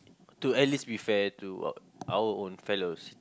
to at least be fair to our own fellows